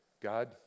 God